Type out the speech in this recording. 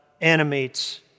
animates